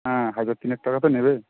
হ্যাঁ হাজার তিনেক টাকা তো নেবে